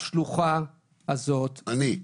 אני.